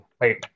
wait